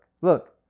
look